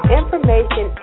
information